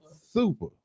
Super